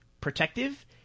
protective